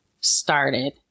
started